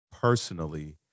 Personally